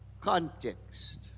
context